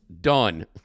Done